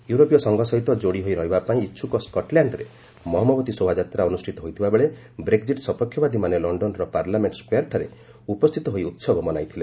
ୟରୋପୀୟ ସଂଘ ସହିତ ଯୋଡ଼ି ହୋଇ ରହିବାପାଇଁ ଇଚ୍ଛକ ସ୍କଟ୍ଲ୍ୟାଣ୍ଡରେ ମହମବତି ଶୋଭାଯାତ୍ରା ଅନ୍ଦୁଷ୍ଠିତ ହୋଇଥିବାବେଳେ ବ୍ରେକ୍ଜିଟ୍ ସପକ୍ଷବାଦୀମାନେ ଲଣ୍ଡନର ପାର୍ଲାମେଣ୍ଟ ସ୍କୋୟାର୍ଠାରେ ଉପସ୍ଥିତ ହୋଇ ଉତ୍ସବ ମନାଇଥିଲେ